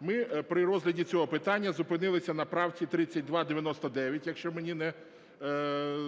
Ми при розгляді цього питання зупинилися на правці 3299, якщо мені не зраджує